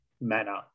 manner